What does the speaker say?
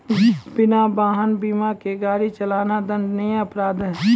बिना वाहन बीमा के गाड़ी चलाना दंडनीय अपराध छै